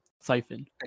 siphon